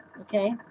okay